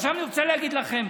עכשיו אני רוצה להגיד לכם,